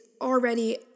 already